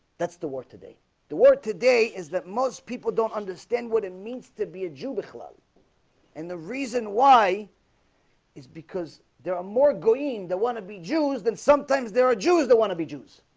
that's the war today the word today is that most people don't understand what it means to be a jew but below and the reason why is because? there are more green that want to be jews than sometimes there are jews that want to be jews